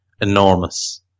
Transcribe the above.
enormous